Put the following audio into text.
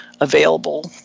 available